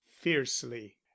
fiercely